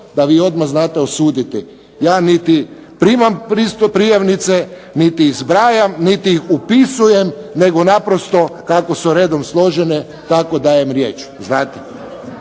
da vi odmah znate osuditi. Ja niti primam prijavnice, niti ih zbrajam, niti ih upisujem, nego naprosto kako su redom složene tako dajem riječ, znate.